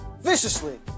viciously